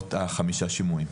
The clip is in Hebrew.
בסביבות החמישה שימועים.